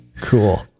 Cool